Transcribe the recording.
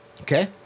Okay